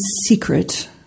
secret